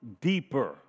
deeper